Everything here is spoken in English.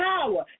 power